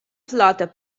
flota